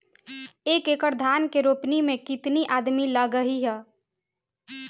एक एकड़ धान के रोपनी मै कितनी आदमी लगीह?